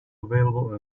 available